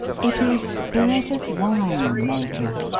it is spirit of wine, major.